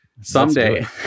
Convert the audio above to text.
someday